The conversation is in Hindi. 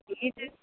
चीज़